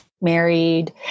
married